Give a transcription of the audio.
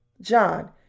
John